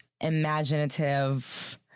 imaginative